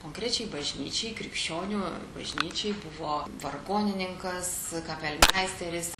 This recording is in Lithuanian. konkrečiai bažnyčiai krikščionių bažnyčiai buvo vargonininkas kapelmeisteris